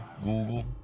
Google